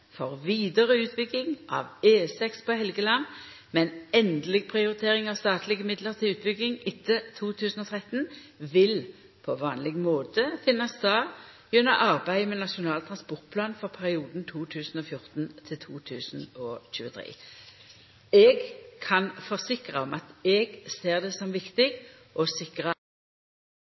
for vidare utbygging av E6 på Helgeland, men endeleg prioritering av statlege midlar til utbygging etter 2013 vil på vanleg måte finna stad gjennom arbeidet med Nasjonal transportplan for perioden 2014–2023. Eg kan forsikra om at eg ser det som viktig å sikra